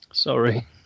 Sorry